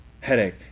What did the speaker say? headache